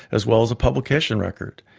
as well as publication record.